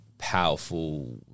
powerful